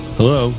Hello